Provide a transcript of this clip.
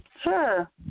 Sure